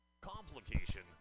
complication